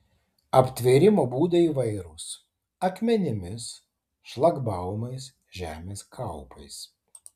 aptvėrimo būdai įvairūs akmenimis šlagbaumais žemės kaupais